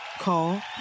Call